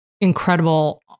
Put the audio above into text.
incredible